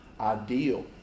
ideal